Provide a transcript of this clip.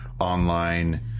online